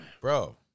Bro